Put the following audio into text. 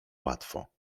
łatwo